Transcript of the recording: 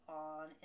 on